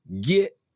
get